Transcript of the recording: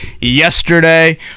yesterday